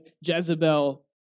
Jezebel